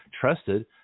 trusted